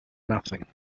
nothing